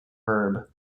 verb